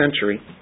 century